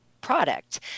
product